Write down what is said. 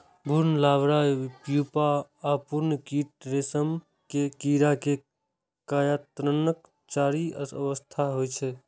भ्रूण, larva, pupa आ पूर्ण कीट रेशम के कीड़ा के कायांतरणक चारि अवस्था होइ छै